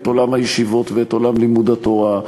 את עולם הישיבות ואת עולם לימוד התורה,